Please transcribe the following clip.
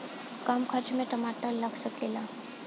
कम खर्च में टमाटर लगा सकीला?